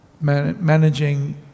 Managing